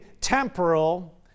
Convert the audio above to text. temporal